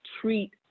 treat